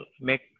make